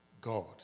God